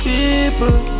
People